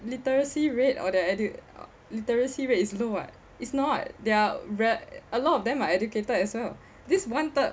literacy rate or the edu~ literacy rate is low [what] it's not their re~ a lot of them are educated as well this one third